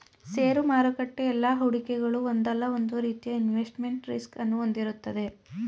ಷೇರು ಮಾರುಕಟ್ಟೆ ಎಲ್ಲಾ ಹೂಡಿಕೆಗಳು ಒಂದಲ್ಲ ಒಂದು ರೀತಿಯ ಇನ್ವೆಸ್ಟ್ಮೆಂಟ್ ರಿಸ್ಕ್ ಅನ್ನು ಹೊಂದಿರುತ್ತದೆ